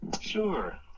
Sure